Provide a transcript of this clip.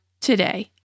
today